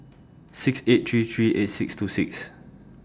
six eight three three eight six two six